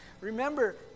Remember